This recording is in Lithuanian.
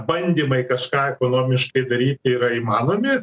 bandymai kažką ekonomiškai daryti yra įmanomi